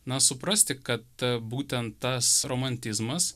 na suprasti kad būtent tas romantizmas